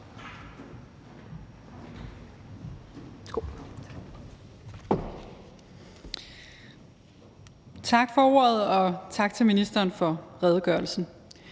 Tak for ordet, og tak til ministeren for redegørelsen.